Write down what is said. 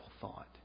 thought